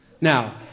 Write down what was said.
Now